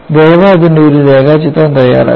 ദയവായി അതിന്റെ ഒരു രേഖാചിത്രം തയ്യാറാക്കുക